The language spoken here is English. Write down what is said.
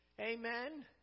Amen